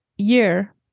year